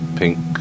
pink